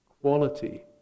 quality